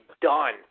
done